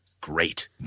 great